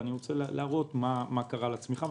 אני רוצה להראות מה קרה לצמיחה,